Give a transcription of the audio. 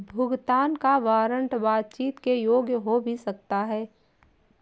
भुगतान का वारंट बातचीत के योग्य हो भी सकता है